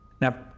Now